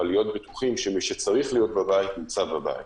אבל להיות בטוחים שמי שצריך להיות בבית נמצא בבית.